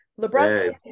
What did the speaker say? LeBron